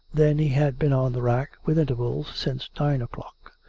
then he had been on the rack, with intervals, since nine o'clock.